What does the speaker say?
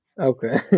Okay